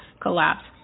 collapse